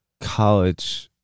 college